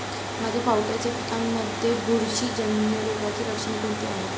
माझ्या पावट्याच्या पिकांमध्ये बुरशीजन्य रोगाची लक्षणे कोणती आहेत?